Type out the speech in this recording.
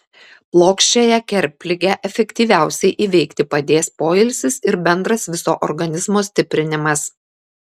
plokščiąją kerpligę efektyviausiai įveikti padės poilsis ir bendras viso organizmo stiprinimas